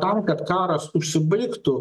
tam kad karas užsibaigtų